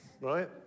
Right